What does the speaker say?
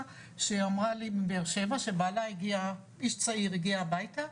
שאמר לי בבאר שבע שבעלה הגיע איש צעיר הגיע הביתה,